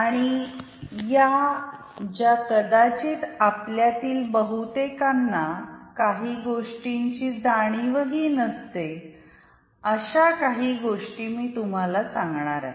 आणि या ज्या कदाचित आपल्यातील बहुतेकांना काही गोष्टींची जाणीवही नसते अशा काही गोष्टी मी तुम्हाला सांगणार आहे